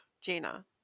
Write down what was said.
Jaina